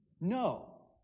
no